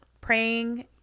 praying